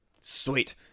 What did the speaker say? Sweet